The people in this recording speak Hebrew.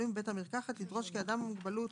ובית מרקחת לדרוש כי אדם עם מוגבלות,